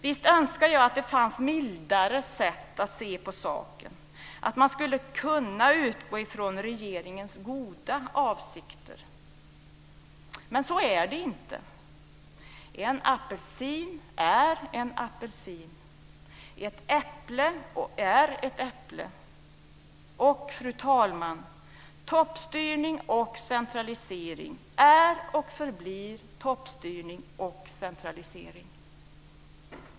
Visst önskar jag att det fanns mildare sätt att se på saken och att man skulle kunna utgå från att regeringen har goda avsikter. Men så är det inte. En apelsin är en apelsin. Ett äpple är ett äpple. Fru talman! Toppstyrning och centralisering är och förblir toppstyrning och centralisering.